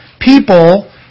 people